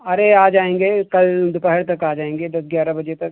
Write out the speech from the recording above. अरे आ जाएंगे कल दोपहर तक आ जाएंगे दस ग्यारह बजे तक